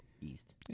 east